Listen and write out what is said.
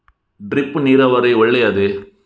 Drip ನೀರಾವರಿ ಒಳ್ಳೆಯದೇ?